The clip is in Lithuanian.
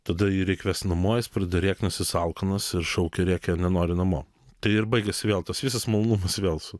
tada jį reik vest namo jis pradeda rėkt nes jis alkanas ir šaukia rėkia nenori namo tai ir baigiasi vėl tas visas malonumas vėl su